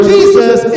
Jesus